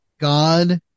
God